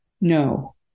no